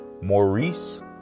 Maurice